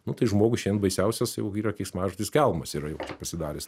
nu tai žmogui šiandien baisiausias jau yra keiksmažodis kelmas yra jau pasidaręs